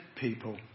people